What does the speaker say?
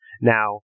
now